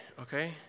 okay